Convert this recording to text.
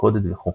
מלכודת וכו'.